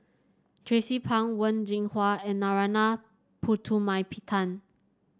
Tracie Pang Wen Jinhua and Narana Putumaippittan